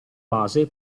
base